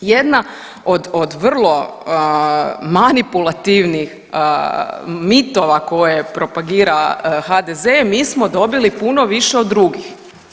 Jedna od vrlo manipulativnih mitova koje propagira HDZ je mi smo dobili puno više od drugih.